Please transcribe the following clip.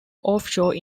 offshore